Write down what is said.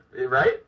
Right